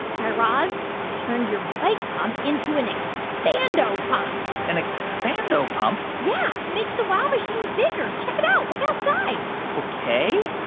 guy raz, i turned your bike pump into an expando-pump an expando-pump? yeah. it makes the wow machine bigger. check it out. look outside ok.